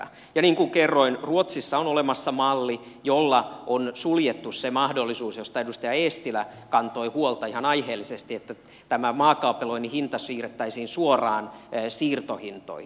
ja niin kuin kerroin ruotsissa on olemassa malli jolla on suljettu se mahdollisuus josta edustaja eestilä kantoi huolta ihan aiheellisesti että tämä maakaapeloinnin hinta siirrettäisiin suoraan siirtohintoihin